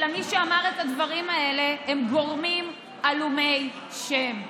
אלא מי שאמר את הדברים האלה הם גורמים עלומי שם.